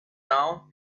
dawn